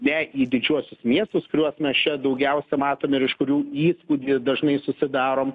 ne į didžiuosius miestus kuriuos mes čia daugiausia matom ir iš kurių įspūdį dažnai susidarom